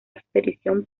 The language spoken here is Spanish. expedición